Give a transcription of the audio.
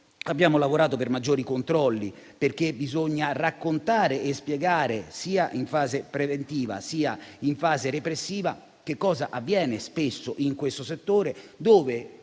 Abbiamo lavorato per maggiori controlli, perché bisogna raccontare e spiegare, sia in fase preventiva, sia in fase repressiva, che cosa avviene spesso in questo settore dove